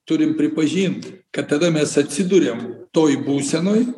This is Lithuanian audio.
turim pripažint kad tada mes atsiduriam toj būsenoj